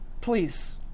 please